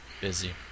Busy